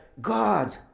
God